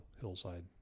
hillside